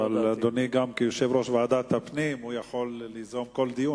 אדוני, כיושב-ראש ועדת הפנים, יכול ליזום כל דיון.